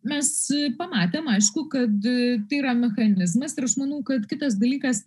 mes pamatėm aišku kad tai yra mechanizmas ir aš manau kad kitas dalykas